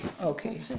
Okay